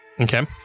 Okay